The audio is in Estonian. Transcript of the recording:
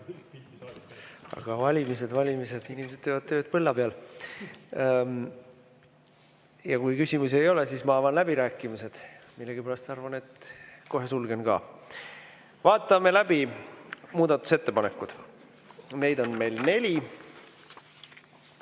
Aga valimised, valimised – inimesed teevad tööd põlla peal. Kui küsimusi ei ole, siis ma avan läbirääkimised. Millegipärast arvan, et kohe sulgen need ka. Vaatame läbi muudatusettepanekud. Neid on meil neli.